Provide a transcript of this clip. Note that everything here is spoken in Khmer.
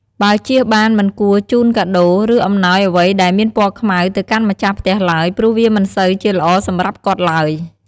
បើជៀសបានមិនគួរជូនកាដូរ ឬអំណោយអ្វីដែលមានពណ៏ខ្មៅទៅកាន់ម្ចាស់ផ្ទះឡើយព្រោះវាមិនសូវជាល្អសម្រាប់គាត់ឡើយ។